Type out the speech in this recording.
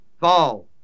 fall